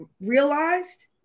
realized